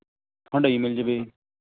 Hyundai ਮਿਲ ਜਾਵੇ